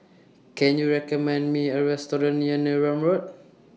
Can YOU recommend Me A Restaurant near Neram Road